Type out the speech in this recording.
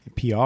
PR